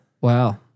Wow